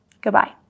Goodbye